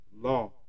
law